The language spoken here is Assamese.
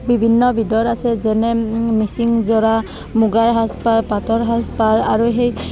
বিভিন্ন বিধৰ আছে যেনে মিচিং যোৰা মুগাৰ সাজপাৰ পাটৰ সাজপাৰ আৰু সেই